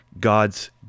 God's